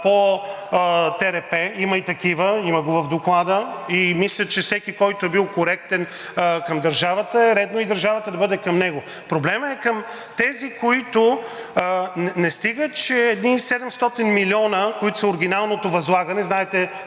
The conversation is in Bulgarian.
по ТРП – има и такива, има го в Доклада, и мисля, че всеки, който е бил коректен към държавата, е редно и държавата да бъде към него. Проблемът е към тези, които не стига че едни 700 милиона, които са оригиналното възлагане, знаете,